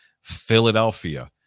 Philadelphia